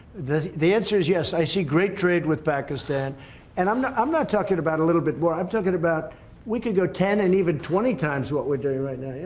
the the answer is yes i see great trade with pakistan and i'm not i'm not talking about a little bit more i'm talking about we can go ten and even twenty times what we're doing right now,